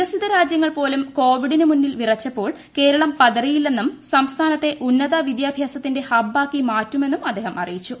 വികസിത രാജ്യങ്ങൾ പോലും കോവിഡിന് മുന്നിൽ വിറച്ചപ്പോൾ കേരളം പ്രത്റീയില്ലെന്നും സംസ്ഥാനത്തെ ഉന്നത വിദ്യാഭ്യാസത്തിന്റെ ഹ്ബ്ബാക്കി മാറ്റുമെന്നും അദ്ദേഹം അറിയിച്ചു